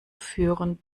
führen